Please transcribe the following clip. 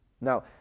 Now